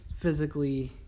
physically